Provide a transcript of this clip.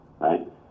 right